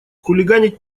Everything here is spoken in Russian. хулиганить